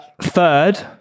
Third